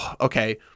okay